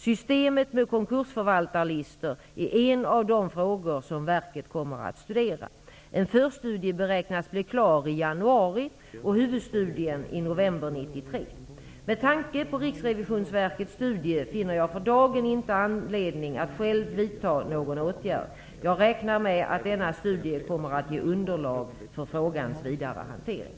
Systemet med konkursförvaltarlistor är en av de frågor som verket kommer att studera. En förstudie beräknas bli klar i januari och huvudstudien i november 1993. Med tanke på Riksrevisionsverkets studie finner jag för dagen inte anledning att själv vidta några åtgärder. Jag räknar med att denna studie kommer att ge underlag för frågans vidare hantering.